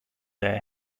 their